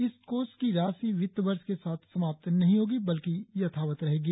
इस कोष की राशि वित्तवर्ष के साथ समाप्त नहीं होंगी बल्की यथावत रहेंगी